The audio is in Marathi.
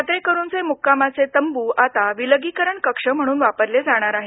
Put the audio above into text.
यात्रेकरूंचे मुक्कामाचे तंबू आता विलगीकरण कक्ष म्हणून वापरले जाणार आहेत